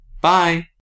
Bye